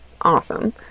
awesome